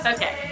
Okay